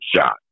shot